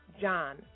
John